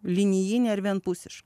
linijinė ar vienpusiška